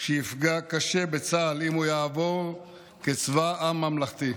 שיפגע קשה בצה"ל, אם הוא יעבור, כצבא עם ממלכתי,